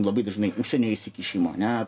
labai dažnai užsienio įsikišimo ne